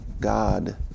God